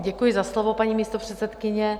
Děkuji za slovo, paní místopředsedkyně.